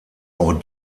auch